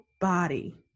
body